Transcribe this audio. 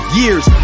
years